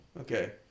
Okay